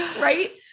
Right